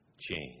change